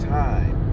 time